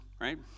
right